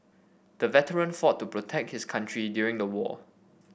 the veteran fought to protect his country during the war